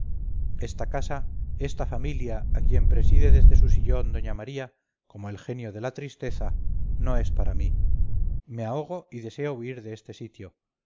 esta casa esta familia a quien preside desde su sillón doña maría como el genio de la tristeza no es para mí me ahogo y deseo huir de este sitio